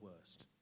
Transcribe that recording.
worst